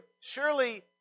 surely